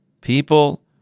people